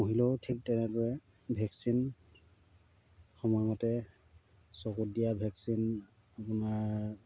পুহিলেও ঠিক তেনেদৰে ভেকচিন সময়মতে চকুত দিয়া ভেকচিন আপোনাৰ